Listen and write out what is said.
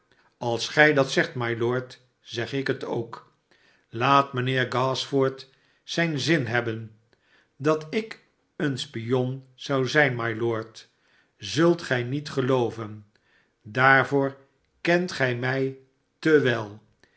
als gij dat zegt mylord zeg ik het ook laat mijnheer gashford zijn zin hebben dat ik een spion zou zijn mylord zult gij niet gelooven daarvcor kent gij mij te wel